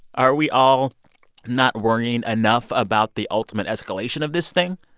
are we all not worrying enough about the ultimate escalation of this thing?